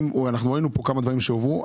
ראינו כאן כמה דברים שהועברו.